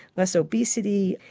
less obesity,